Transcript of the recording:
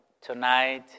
tonight